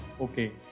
Okay